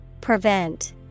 Prevent